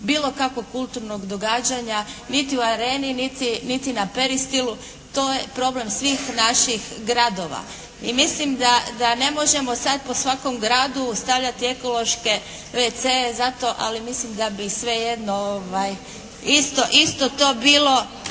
bilo kakvog kulturnog događanja niti u Areni niti na Peristilu, to je problem svih naših gradova. I mislim da ne možemo sada po svakom gradu stavljati ekološke WC-e za to ali mislim da bi svejedno isto to bilo